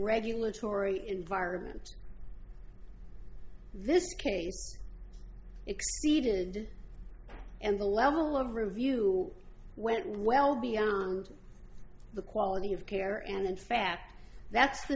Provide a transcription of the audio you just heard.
regulatory environment this case exceeded and the level of review went well beyond the quality of care and in fact that's the